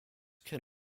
can